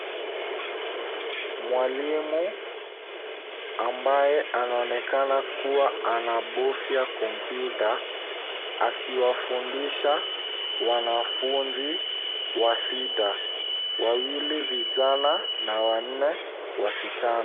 Mwalimu ambaye anaonekana kuwa anabovya kompyuta akiwafundisha wanafunzi wasita. Wawili vijana, na wanne wasichana.